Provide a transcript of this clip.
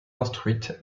instruite